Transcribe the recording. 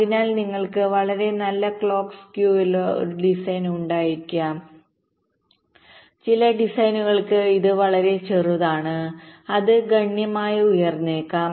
അതിനാൽ നിങ്ങൾക്ക് വളരെ നല്ല ക്ലോക്ക് സ്കെവുള്ള ഒരു ഡിസൈൻ ഉണ്ടായിരിക്കാം ചില ഡിസൈനുകൾക്ക് ഇത് വളരെ ചെറുതാണ് അത് ഗണ്യമായി ഉയർന്നേക്കാം